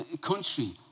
country